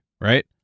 right